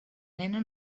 nena